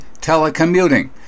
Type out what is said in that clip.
telecommuting